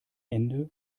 ende